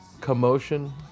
commotion